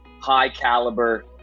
high-caliber